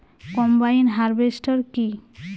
Combine harvester কি?